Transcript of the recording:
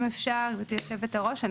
גברתי יושבת-הראש,